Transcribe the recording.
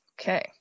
okay